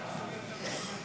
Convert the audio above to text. אני קובע